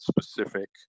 specific